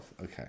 Okay